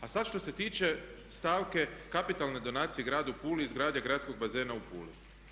A sad što se tiče stavke kapitalne donacije gradu Puli izgradnje gradskog bazena u Puli.